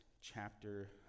chapter